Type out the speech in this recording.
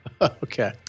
okay